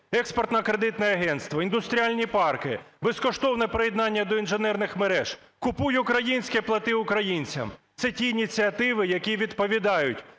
Експортно-кредитне агентство, індустріальні парки, безкоштовне приєднання до інженерних мереж, "Купуй українське, плати українцям". Це ті ініціативи, які відповідають